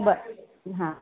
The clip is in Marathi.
बरं हां